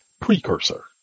Precursor